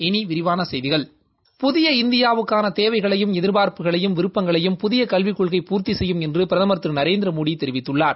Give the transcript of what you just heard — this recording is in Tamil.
இனி விரிவான செய்திகள் புதிய இந்தியாவுக்கான தேவைகளையும் எதிர்பார்ப்புகளையும் விருப்பங்களையும் புதிய கல்விக் கொள்கை பூர்த்தி செய்யும் என்று பிரதமர் திரு நரேந்திரமோடி தெரிவித்துள்ளார்